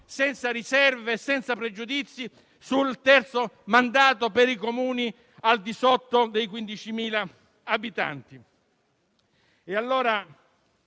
senza riserve e senza pregiudizi, sul terzo mandato per i Comuni al di sotto dei 15.000 abitanti.